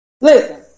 Listen